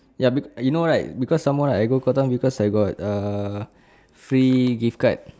ya be~ you know right because some more I go Cotton On because I have uh free gift card